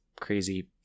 crazy